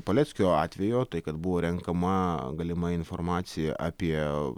paleckio atvejo tai kad buvo renkama galima informacija apie